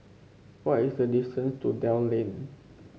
what is the distance to Dell Lane